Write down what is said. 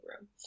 room